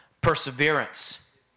perseverance